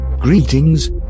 Greetings